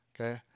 Okay